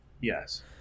Yes